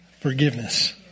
forgiveness